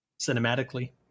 cinematically